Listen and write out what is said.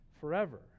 forever